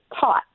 taught